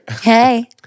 Hey